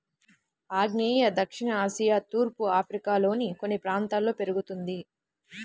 ఆగ్నేయ దక్షిణ ఆసియా తూర్పు ఆఫ్రికాలోని కొన్ని ప్రాంతాల్లో పెరుగుతుంది